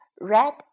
Red